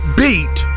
beat